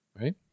right